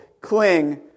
Cling